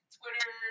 Twitter